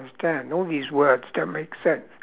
I don't understand all these words don't make sense